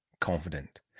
confident